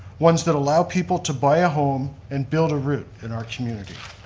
ones that allow people to buy a home and build a root in our community.